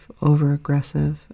overaggressive